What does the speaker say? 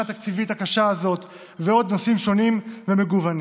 התקציבית הקשה הזאת ועוד נושאים שונים ומגוונים.